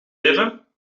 even